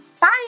Bye